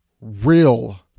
real